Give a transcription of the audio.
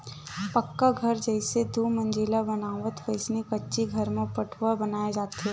पक्का घर जइसे दू मजिला बनाथन वइसने कच्ची घर म पठउहाँ बनाय जाथे